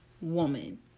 woman